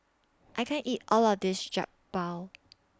I can't eat All of This Jokbal